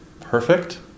perfect